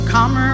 Come